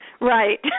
Right